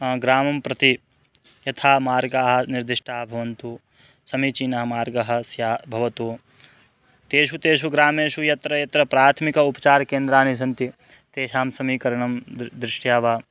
ग्रामं प्रति यथा मार्गाः निर्दिष्टाः भवन्तु समीचीनमार्गः स्यात् भवतु तेषु तेषु ग्रामेषु यत्र यत्र प्राथमिक उपचारकेन्द्राणि सन्ति तेषां समीकरणं दृ दृष्ट्या वा